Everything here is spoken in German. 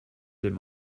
dem